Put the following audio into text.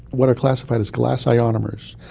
what are classified as glass ionomers.